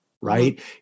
right